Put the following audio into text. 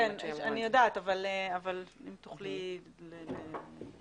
אני יודעת, אבל אם תוכלי לתמצת.